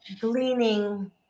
gleaning